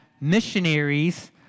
Missionaries